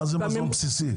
מה זה מזון בסיסי?